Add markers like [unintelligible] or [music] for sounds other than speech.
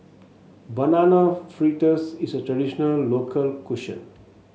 Banana Fritters is a traditional local [unintelligible]